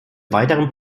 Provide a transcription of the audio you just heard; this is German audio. weiteren